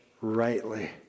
rightly